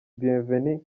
bienvenue